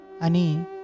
Ani